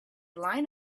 line